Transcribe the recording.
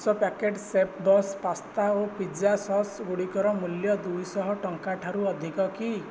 ପାଞ୍ଚ ପ୍ୟାକେଟ୍ ଶେଫ୍ବସ୍ ପାସ୍ତା ଓ ପିଜା ସସ୍ ଗୁଡ଼ିକର ମୂଲ୍ୟ ଦୁଇ ଶହ ଟଙ୍କା ଠାରୁ ଅଧିକ କି